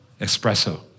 espresso